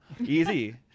Easy